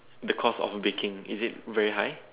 the cost of baking is it really high